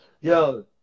yo